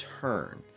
turn